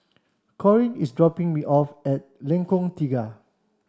Corine is dropping me off at Lengkong Tiga